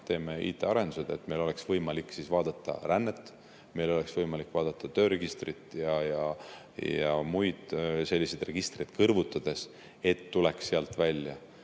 teeme IT-arendused, et meil oleks võimalik vaadata rännet, meil oleks võimalik vaadata tööregistrit ja muid selliseid registreid kõrvutada, et tuleks sealt välja